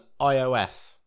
iOS